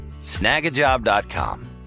Snagajob.com